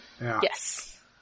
Yes